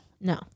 no